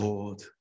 Lord